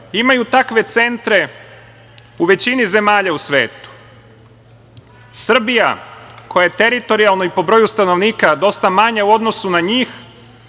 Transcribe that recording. imaju takve centre u većini zemalja u svetu. Srbija, koja je teritorijalno i po broju stanovnika dosta manja u odnosu na njih,